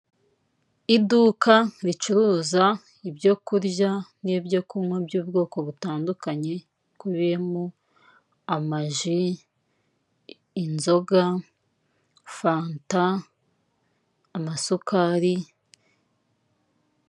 Urubuga rw'irembo rwafunguye serivisi nshya aho ukoresha imashini cyangwa telefone ukaba washyiraho igihe wasezeraniye mu murenge kugira ngo uhabwe icyemezo cy'uko washyingiwe.